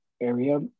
area